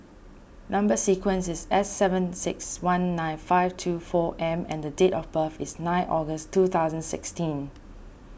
Number Sequence is S seven six one nine five two four M and the date of birth is nine August two thousand sixteen